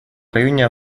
районе